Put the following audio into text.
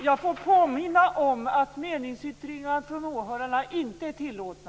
Jag vill påminna om att meningsyttringar från åhörarna inte är tillåtna.